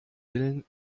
willen